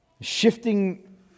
shifting